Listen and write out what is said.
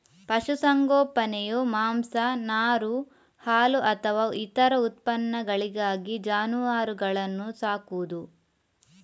ಪಶು ಸಂಗೋಪನೆಯು ಮಾಂಸ, ನಾರು, ಹಾಲು ಅಥವಾ ಇತರ ಉತ್ಪನ್ನಗಳಿಗಾಗಿ ಜಾನುವಾರುಗಳನ್ನ ಸಾಕುದು